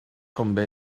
convé